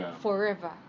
forever